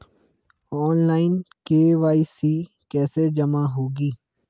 Online KYC कैसे जमा होगी?